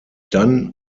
dann